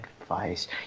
Advice